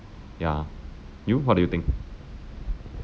ya you what do you think